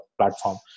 platform